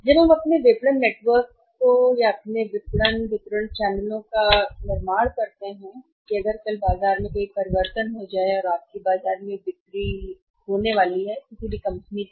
जब हम अपने विपणन नेटवर्क को हमारे विपणन वितरण चैनलों का निर्माण किया कल अगर बाजार परिवर्तन आप बाजार में बिक्री खोने वाली कंपनी हैं